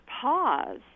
pause